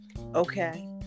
Okay